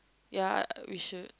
ya we should